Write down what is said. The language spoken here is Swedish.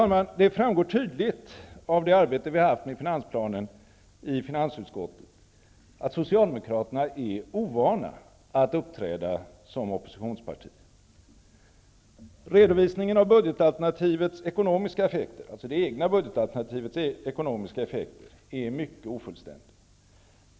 Det framgår tydligt av det arbete vi haft med finansplanen i finansutskottet att Socialdemokraterna är ovana att uppträda som oppositionsparti. Redovisningen av det egna budgetalternativets ekonomiska effekter är mycket ofullständig.